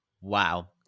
Wow